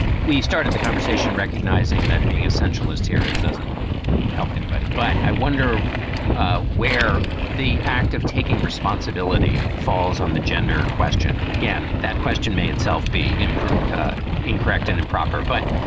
we started the conversation recognizing that being a centralist here is doesn't help anybody. but i wonder where the act of taking responsibility falls on the gender question. again, that question may itself be in incorrect and improper, but